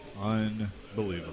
Unbelievable